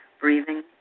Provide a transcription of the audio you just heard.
breathing